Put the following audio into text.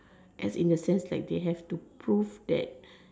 as in the sense like they have to prove that